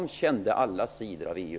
De kände alla sidor av EU.